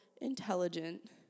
intelligent